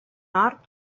hort